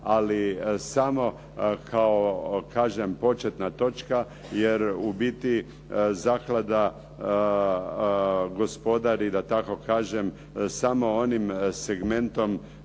ali samo kažem početna točka, jer u biti zaklada gospodari da tako kažem samo onim segmentom